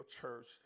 church